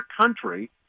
country